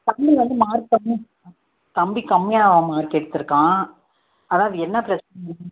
தம்பி வந்து மார்க் கம்மியாக தம்பி கம்மியாக மார்க் எடுத்திருக்கான் அதான் அது என்ன பிரச்சனை